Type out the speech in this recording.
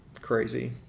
crazy